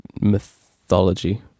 mythology